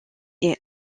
est